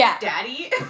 daddy